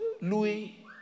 Louis